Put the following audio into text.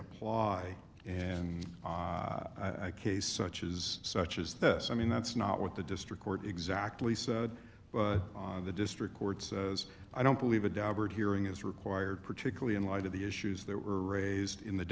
apply and i case such as such as this i mean that's not what the district court exactly said but the district court says i don't believe a daubert hearing is required particularly in light of the issues that were raised in the